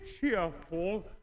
cheerful